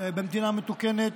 במדינה מתוקנת,